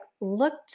looked